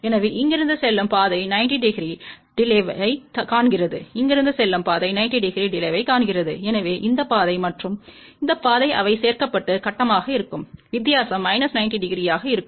எனவே இங்கிருந்து செல்லும் பாதை 90 டிகிரி டிலே தைக் காண்கிறது இங்கிருந்து செல்லும் பாதை 90 டிகிரி டிலே காண்கிறதுஎனவே இந்த பாதை மற்றும் இந்த பாதை அவை சேர்க்கப்பட்டு கட்டமாக இருக்கும் வித்தியாசம் மைனஸ் 90 டிகிரியாக இருக்கும்